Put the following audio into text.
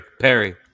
perry